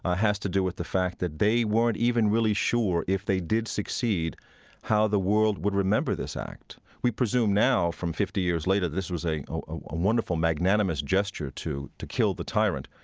ah has to do with the fact that they weren't even really sure if they did succeed how the world would remember this act. we presume now from fifty years later this was a ah wonderful magnanimous gesture to to kill the tyrant,